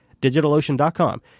DigitalOcean.com